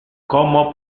como